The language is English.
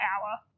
hour